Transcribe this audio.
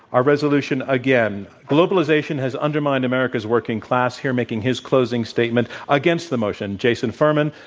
our resolution, again globalization has undermined america's working class. here making his closing statement against the motion, jason furman,